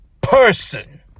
person